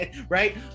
Right